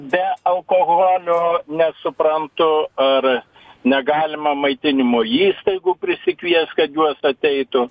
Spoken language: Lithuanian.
be alkoholio nesuprantu ar negalima maitinimo įstaigų prisikviest kad juos ateitų